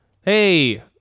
Hey